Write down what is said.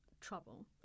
trouble